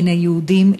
היהודים,